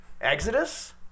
Exodus